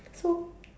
so